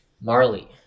Marley